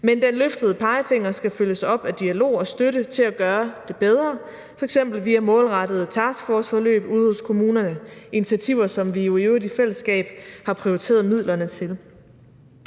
Men den løftede pegefinger skal følges op af dialog og støtte til at gøre det bedre, f.eks. via målrettede taskforceforløb ude i kommunerne. Det er initiativer, som vi jo i øvrigt i fællesskab har prioriteret midlerne til.